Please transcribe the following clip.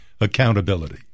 accountability